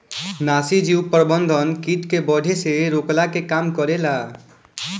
नाशीजीव प्रबंधन किट के बढ़े से रोकला के काम करेला